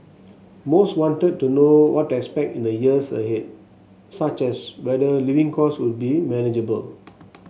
most wanted to know what to expect in the years ahead such as whether living costs would be manageable